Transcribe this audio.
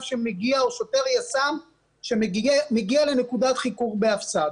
או שוטר יס"מ שמגיע לנקודת חיכוך בהפס"ד.